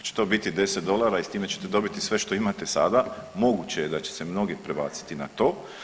Hoće to biti 10 dolara i s time ćete dobiti sve što imate sada, moguće je da će se mnogi prebaciti na to.